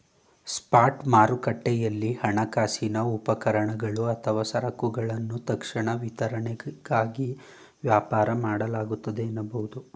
spot ಮಾರುಕಟ್ಟೆಯಲ್ಲಿ ಹಣಕಾಸಿನ ಉಪಕರಣಗಳು ಅಥವಾ ಸರಕುಗಳನ್ನ ತಕ್ಷಣ ವಿತರಣೆಗಾಗಿ ವ್ಯಾಪಾರ ಮಾಡಲಾಗುತ್ತೆ ಎನ್ನಬಹುದು